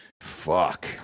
Fuck